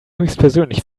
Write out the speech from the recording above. höchstpersönlich